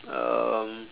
um